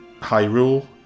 Hyrule